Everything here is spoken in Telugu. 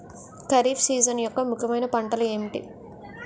ఖరిఫ్ సీజన్ యెక్క ముఖ్యమైన పంటలు ఏమిటీ?